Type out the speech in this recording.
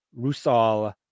Rusal